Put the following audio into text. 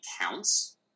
counts